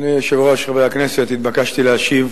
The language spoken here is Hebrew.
אדוני היושב-ראש, חברי הכנסת, התבקשתי להשיב